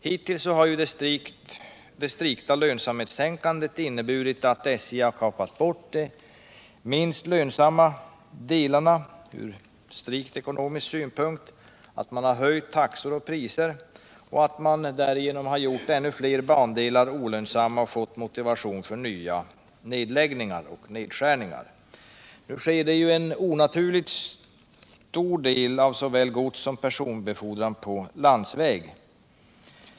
Hittills har det strikta lönsamhetstänkandet inneburit att SJ kapat bort de minst lönsamma delarna, att SJ höjt taxor och priser och därigenom gjort ännu fler bandelar olönsamma och fått motivation för nya nedläggningar och nedskärningar. Nu går ju en onaturligt stor del av såväl godssom | personbefordran på landsväg.